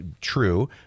true